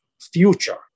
future